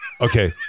Okay